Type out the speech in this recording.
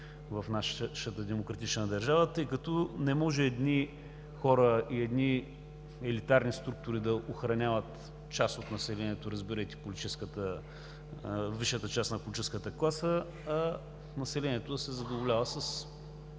в нашата демократична държава. Не може едни хора и едни елитарни структури да охраняват част от населението, разбирайте, висшата част на политическата класа, а населението да се задоволява с